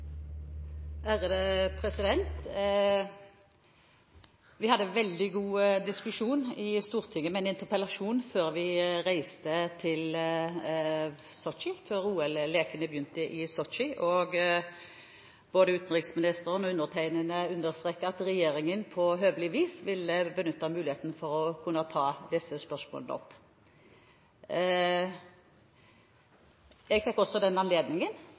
Vi hadde en veldig god diskusjon i Stortinget gjennom en interpellasjon før vi reiste til Sotsji og før OL begynte. Både utenriksministeren og undertegnede understreket at regjeringen på høvelig vis ville benytte muligheten til å kunne ta opp disse spørsmålene. Jeg fikk også den anledningen